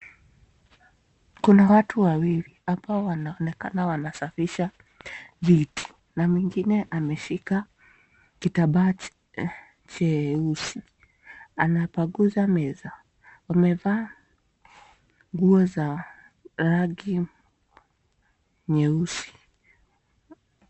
Kuna watu wawili hapa wanaonekana wanasafisha viti na mwingine ameshika kitambaa cheusi anapanguza meza amevaa nguo za rangi nyeusi.